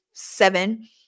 Seven